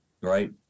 Right